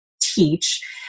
teach